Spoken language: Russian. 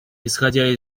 исходя